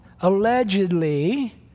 allegedly